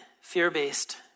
fear-based